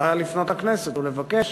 אפשר היה לפנות לכנסת ולבקש